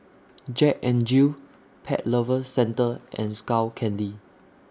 Jack N Jill Pet Lovers Centre and Skull Candy